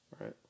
Right